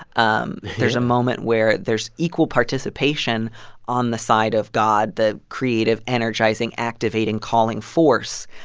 um there's a moment where there's equal participation on the side of god, the creative energizing, activating, calling force,